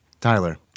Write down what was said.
Tyler